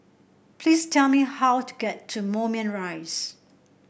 please tell me how to get to Moulmein Rise